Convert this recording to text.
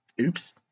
Oops